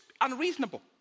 unreasonable